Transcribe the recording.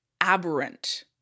aberrant